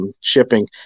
shipping